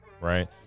Right